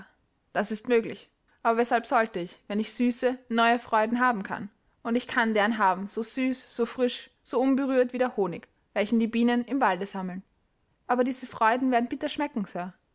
das ist möglich aber weshalb sollte ich wenn ich süße neue freuden haben kann und ich kann deren haben so süß so frisch so unberührt wie der honig welchen die biene im walde sammelt aber diese freuden werden bitter schmecken